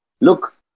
Look